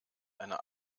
eine